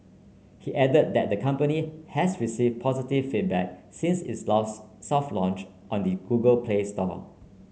he added that the company has received positive feedback since its lost soft launch on the Google Play Store